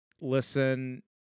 listen